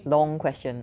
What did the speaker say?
long question